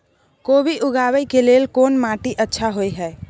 कोबी उगाबै के लेल कोन माटी अच्छा होय है?